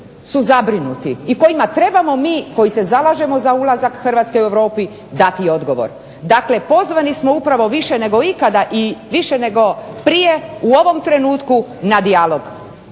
su zabrinuti i kojima trebamo mi koji se zalažemo za ulazak Hrvatske u Europu dati odgovor, dakle pozvani smo upravo više nego ikada i više nego prije u ovom trenutku na dijalog,